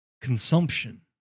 consumption